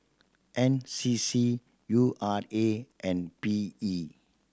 N C C U R A and P E